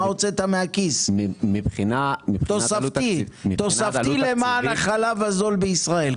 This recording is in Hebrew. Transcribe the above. מה הוצאת מהכיס תוספתי למען החלב הזול בישראל?